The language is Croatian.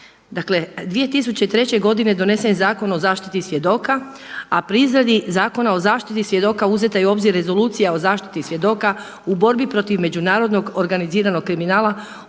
Dakle 2003. godine donesen je Zakon o zaštiti svjedoka a pri izradi Zakona o zaštiti svjedoka uzeta je u obzir Rezolucija o zaštiti svjedoka u borbi protiv međunarodnog organiziranog kriminala